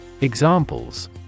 Examples